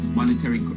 monetary